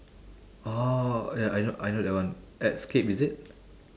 oh ya I know I know that one at scape is it